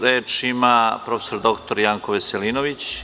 Reč ima prof. dr Janko Veselinović.